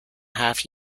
half